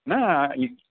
न इद्